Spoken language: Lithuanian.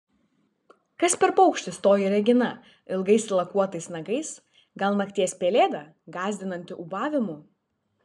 kas per paukštis toji regina ilgais lakuotais nagais gal nakties pelėda gąsdinanti ūbavimu